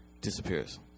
disappears